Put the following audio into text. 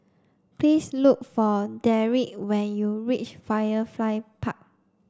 please look for Derick when you reach Firefly Park